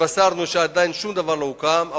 התבשרנו שעדיין שום דבר לא הוקם,